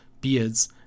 beards